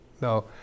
no